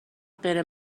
غیر